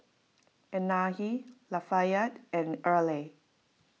Anahi Lafayette and Erle